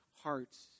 hearts